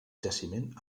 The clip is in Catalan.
jaciment